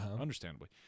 understandably